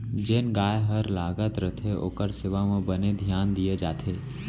जेन गाय हर लागत रथे ओकर सेवा म बने धियान दिये जाथे